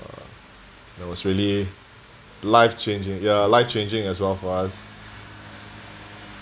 that was really life changing yeah life changing as well for us